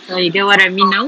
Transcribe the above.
so you get what I mean now